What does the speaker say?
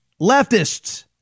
leftists